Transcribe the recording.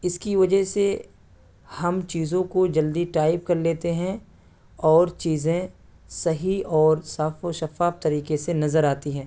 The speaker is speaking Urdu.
اس کی وجہ سے ہم چیزوں کو جلدی ٹائپ کر لیتے ہیں اور چیزیں صحیح اور صاف و شفاف طریقے سے نظر آتی ہیں